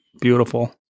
Beautiful